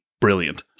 brilliant